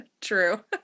True